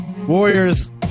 Warriors